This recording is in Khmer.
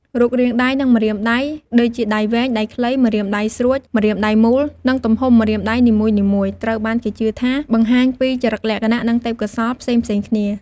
រូបរាងដៃ និងម្រាមដៃ ដូចជាដៃវែង ដៃខ្លី ម្រាមដៃស្រួច ម្រាមដៃមូល និងទំហំម្រាមដៃនីមួយៗ ត្រូវបានគេជឿថាបង្ហាញពីចរិតលក្ខណៈ និងទេពកោសល្យផ្សេងៗគ្នា។